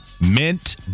Mint